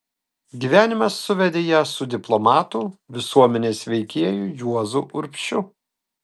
gyvenimas suvedė ją su diplomatu visuomenės veikėju juozu urbšiu